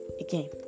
again